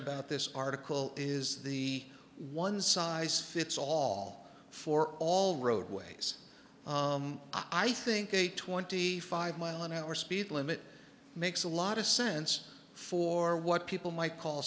about this article is the one size fits all for all roadways i think a twenty five mile an hour speed limit makes a lot of sense for what people might call